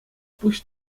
пуҫ